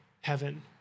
heaven